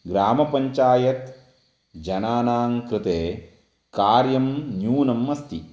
ग्रामपञ्चायत् जनानां कृते कार्यं न्यूनम् अस्ति